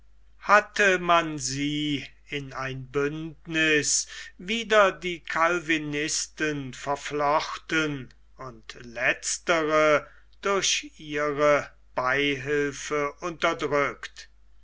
hatte man sie in ein bündniß wider die calvinisten verflochten und letztere durch ihre beihilfe unterdrückt